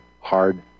hard